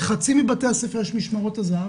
בחצי מבתי הספר יש משמרות זה"ב,